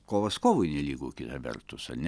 kovas kovui nelygu kita vertus ane